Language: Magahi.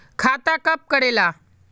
खाता कब करेला?